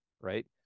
Right